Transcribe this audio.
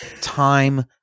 time